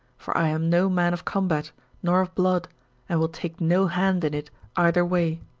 for i am no man of combat nor of blood and will take no hand in it either way.